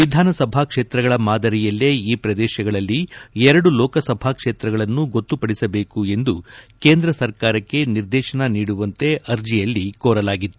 ವಿಧಾನಸಭಾ ಕ್ಷೇತ್ರಗಳ ಮಾದರಿಯಲ್ಲೇ ಈ ಪ್ರದೇಶಗಳಲ್ಲಿ ಎರಡು ಲೋಕಸಭಾ ಕ್ಷೇತ್ರಗಳನ್ನು ಗೊತ್ತುಪಡಿಸಬೇಕು ಎಂದು ಕೇಂದ್ರ ಸರ್ಕಾರಕ್ಕೆ ನಿರ್ದೇಶನ ನೀಡುವಂತೆ ಅರ್ಜಿಯಲ್ಲಿ ಕೋರಲಾಗಿದೆ